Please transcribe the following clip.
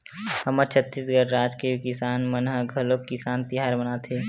हमर छत्तीसगढ़ राज के किसान मन ह घलोक किसान तिहार मनाथे